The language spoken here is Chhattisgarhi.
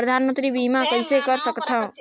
परधानमंतरी बीमा कइसे कर सकथव?